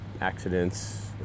accidents